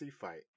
fight